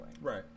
Right